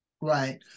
Right